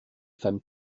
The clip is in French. femmes